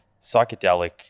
psychedelic